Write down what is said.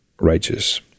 righteous